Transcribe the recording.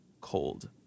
cold